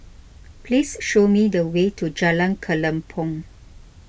please show me the way to Jalan Kelempong